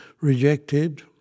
rejected